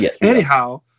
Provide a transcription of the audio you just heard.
anyhow